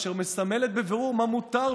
אשר מסמלת בבירור מה מותר,